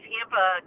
Tampa